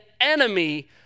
enemy